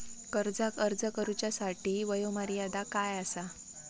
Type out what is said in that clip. कर्जाक अर्ज करुच्यासाठी वयोमर्यादा काय आसा?